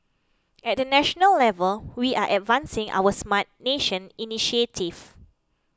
at the national level we are advancing our Smart Nation initiative